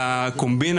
על הקומבינה.